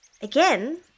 Again